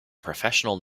professional